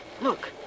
Look